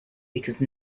because